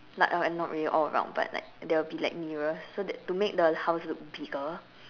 like uh not really all around but like there will be like mirrors so that to make the house look bigger